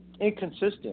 inconsistent